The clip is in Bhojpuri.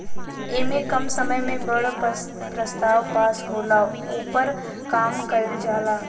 ऐमे कम समय मे बड़ प्रस्ताव पास होला, ओपर काम कइल जाला